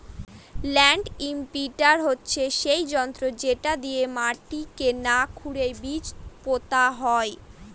land imprinter হচ্ছে সেই যন্ত্র যেটা দিয়ে মাটিকে না খুরেই বীজ পোতা হয়